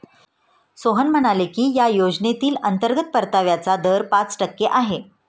सोहन म्हणाले की या योजनेतील अंतर्गत परताव्याचा दर पाच टक्के आहे